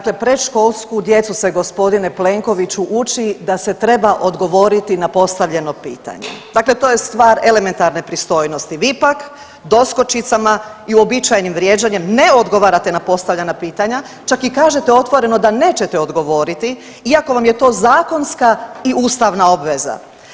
Kada predškolsku djecu gospodine Plenkoviću uči da se treba odgovoriti na postavljeno pitanje, dakle to je stvar elementarne pristojnosti, vi pak doskočicama i uobičajenim vrijeđanjem ne odgovarate na postavljena pitanja čak i kažete otvoreno da nećete odgovoriti iako vam je to zakonska i ustavna obveza.